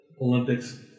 Olympics